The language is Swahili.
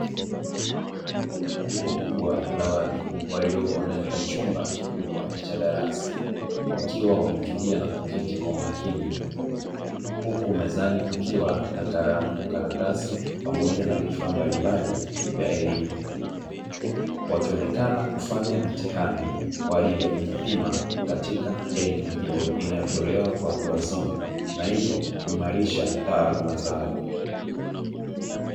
Jopo kubwa la watu waliopo ndani ya chumba kikubwa cha darasa; wakiwa wametulia na kuketi kwa makini, huku mezani kukiwa na: kalamu, karatasi pamoja na vifaa mbalimbali vya elimu; wakionekana kufanya mtihani kwa ajili ya kujipima katika elimu hiyo inayotolewa kwa watu wazima na hivyo kuimarisha taaluma zao.